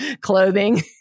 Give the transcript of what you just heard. clothing